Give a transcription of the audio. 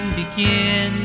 begin